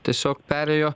tiesiog perėjo